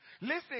Listen